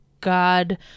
God